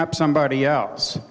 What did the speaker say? up somebody else